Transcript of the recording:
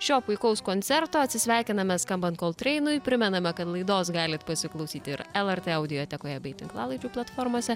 šio puikaus koncerto atsisveikiname skambant koltreinui primename kad laidos galit pasiklausyti ir lrt audiotekoje bei tinklalaidžių platformose